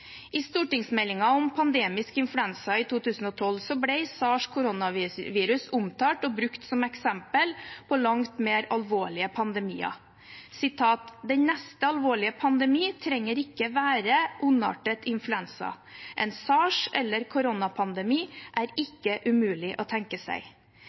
I stortingsmeldingen om pandemisk influensa i 2012 ble SARS/koronavirus omtalt og brukt som eksempel på langt mer alvorlige pandemier. «Den neste alvorlige naturlige pandemien trenger ikke å være ondartet influensa A. En SARS- eller Corona-pandemi er ikke umulig å tenke seg.»